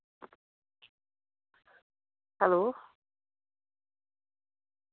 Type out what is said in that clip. hello